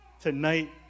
Tonight